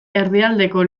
erdialdeko